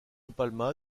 palma